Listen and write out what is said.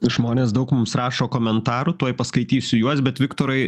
žmonės daug mums rašo komentarų tuoj paskaitysiu juos bet viktorai